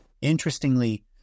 interestingly